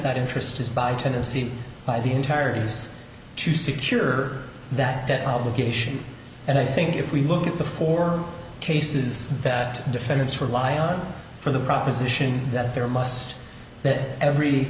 that interest is by tennessee by the entire is to secure that debt obligation and i think if we look at the four cases that defendants rely on for the proposition that there must that every